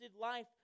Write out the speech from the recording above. life